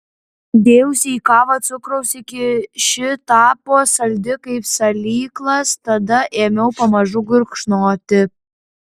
dėjausi į kavą cukraus iki ši tapo saldi kaip salyklas tada ėmiau pamažu gurkšnoti